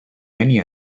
many